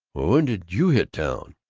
well, when did you hit town?